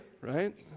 right